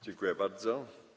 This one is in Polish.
Dziękuję bardzo.